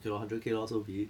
okay lor hundred K lor so be it